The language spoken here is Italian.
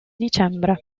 dicembre